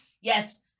Yes